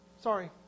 sorry